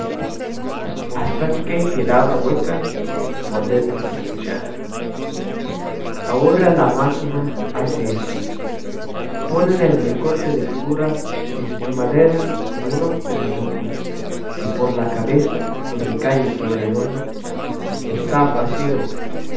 hasta que quedaba hueca por dentro la cuchara ahora la máquina hace eso ponen el recorte de figura de espumadera en uno como yunque que por la cabeza donde cae lo redondo está vacío